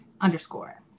underscore